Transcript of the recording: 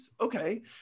Okay